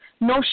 no